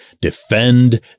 defend